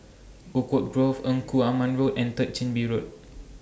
Oakwood Grove Engku Aman Road and Third Chin Bee Road